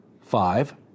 five